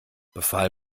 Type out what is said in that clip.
befahl